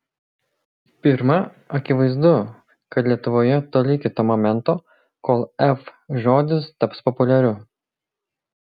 pirma akivaizdu kad lietuvoje toli iki to momento kol f žodis taps populiariu